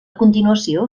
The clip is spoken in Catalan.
continuació